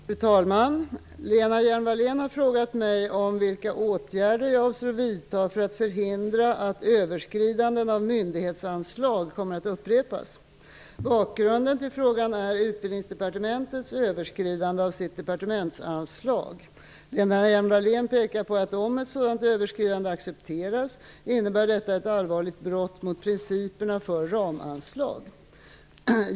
Fru talman! Lena Hjelm-Wallén har frågat mig om vilka åtgärder jag avser att vidta för att förhindra att överskridanden av myndighetsanslag kommer att upprepas. Bakgrunden till frågan är Utbildningsdepartementets överskridande av sitt departementsanslag. Lena Hjelm-Wallén pekar på att om ett sådant överskridande accepteras innebär detta ett allvarligt brott mot principerna för ramanslag.